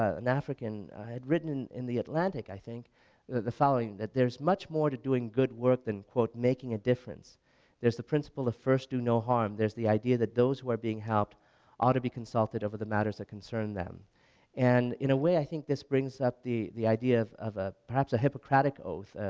an african had written in the atlantic i think the following that there's much more to doing good works than quote making a difference there's the principle of first do no harm, there's the idea that those who are being helped ought to be consulted over the matters that concern them and in a way i think this brings up the the idea of of ah perhaps a hippocratic oath,